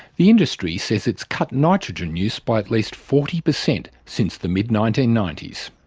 the industry says it's cut nitrogen use by at least forty percent since the mid nineteen ninety s.